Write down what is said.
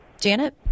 Janet